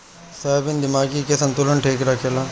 soybean दिमागी के संतुलन ठीक रखेला